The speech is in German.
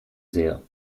sehr